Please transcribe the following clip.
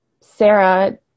Sarah